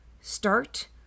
Start